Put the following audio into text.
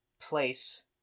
place